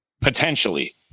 Potentially